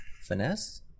Finesse